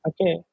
Okay